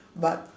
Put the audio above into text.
but